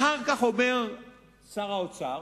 אחר כך אומר שר האוצר